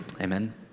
Amen